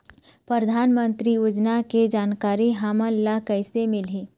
परधानमंतरी योजना के जानकारी हमन ल कइसे मिलही?